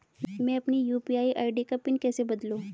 मैं अपनी UPI ID का पिन कैसे बदलूं?